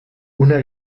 una